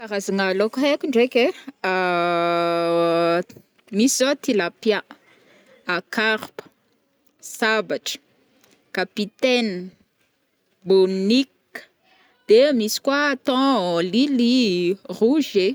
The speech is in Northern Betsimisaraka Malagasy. Karazagna laoko aiko ndraiky ai, misy zô tilapià, carpe, sabatry, capitaine, bônik, de misy koa thon, Lily, rouget.